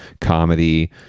comedy